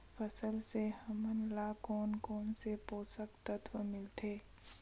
फसल से हमन ला कोन कोन से पोषक तत्व मिलथे?